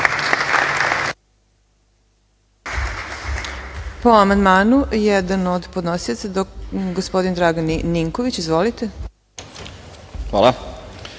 Po amandmanu jedan od podnosilaca gospodin Dragan Ninković. Izvolite. **Dragan